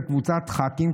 וקבוצת ח"כים,